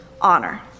honor